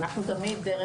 דרך